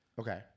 okay